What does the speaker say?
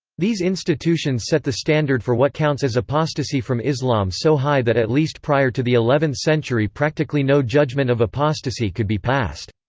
these institutions set the standard for what counts as apostasy from islam so high that at least prior to the eleventh century practically no judgment of apostasy could be passed.